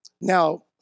now